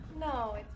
No